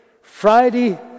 Friday